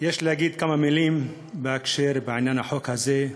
יש להגיד כמה מילים בהקשר של החוק הזה.